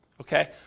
Okay